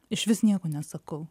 išvis nieko nesakau